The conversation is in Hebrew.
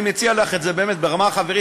אני מציע לך את זה באמת ברמה החברית.